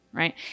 right